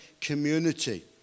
community